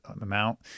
amount